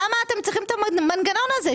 למה אתם צריכים את המנגנון הזה?